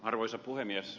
arvoisa puhemies